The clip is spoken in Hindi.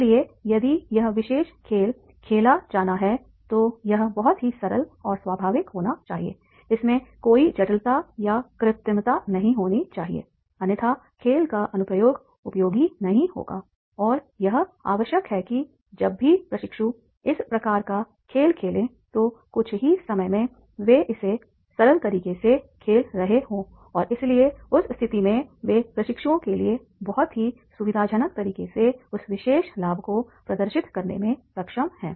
इसलिए यदि यह विशेष खेल खेला जाना है तो यह बहुत ही सरल और स्वाभाविक होना चाहिए इसमें कोई जटिलता या कृत्रिमता नहीं होनी चाहिए अन्यथा खेल का अनुप्रयोग उपयोगी नहीं होगा और यह आवश्यक है कि जब भी प्रशिक्षु इस प्रकार का खेल खेले तो कुछ ही समय में वे इसे सरल तरीके से खेल रहे हों और इसलिए उस स्थिति में वे प्रशिक्षुओं के लिए बहुत ही सुविधाजनक तरीके से उस विशेष लाभ को प्रदर्शित करने में सक्षम हैं